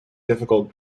difficult